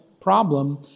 problem